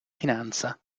finanza